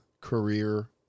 career